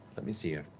let me see her.